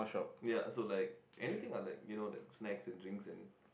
ya so like anything lah like you know like snacks and drinks and